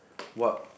what